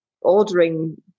ordering